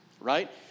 Right